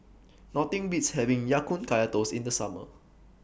Nothing Beats having Ya Kun Kaya Toast in The Summer